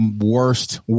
worst